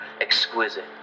exquisite